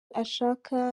ashaka